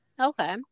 Okay